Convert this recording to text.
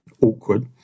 awkward